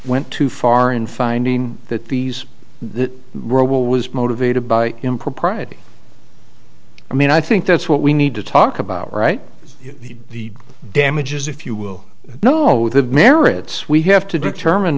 went too far in finding that these that role was motivated by impropriety i mean i think that's what we need to talk about right the damages if you will know the merits we have to determine